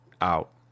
Out